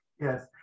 yes